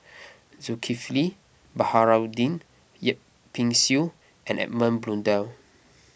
Zulkifli Baharudin Yip Pin Xiu and Edmund Blundell